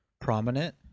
prominent